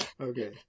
Okay